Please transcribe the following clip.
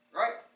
right